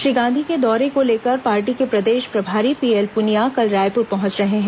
श्री गांधी के दौरे को लेकर पार्टी के प्रदेश प्रभारी पीएल पुनिया कल रायपुर पहुंच रहे हैं